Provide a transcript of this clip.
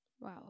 Wow